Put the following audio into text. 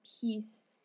peace